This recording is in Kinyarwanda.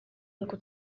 ngo